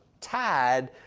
tied